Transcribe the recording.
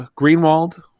Greenwald